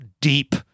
deep